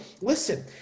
listen